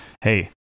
hey